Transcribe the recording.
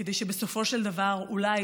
כדי שבסופו של דבר אולי,